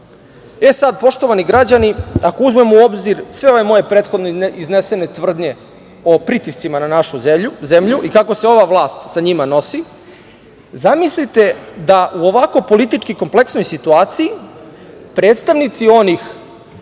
interesu. Poštovani građani, ako uzmemo u obzir sve ove moje prethodno iznesene tvrdnje o pritiscima na našu zemlju i kako se ova vlast sa njima nosi, zamislite da u ovako politički kompleksnoj situaciji predstavnici onih